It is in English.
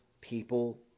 people